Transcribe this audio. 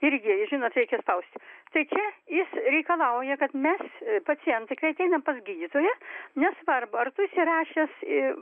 irgi žinot reikia spausti tai čia jis reikalauja kad mes pacientai kai ateinam pas gydytoją nesvarbu ar tu užsirašęs į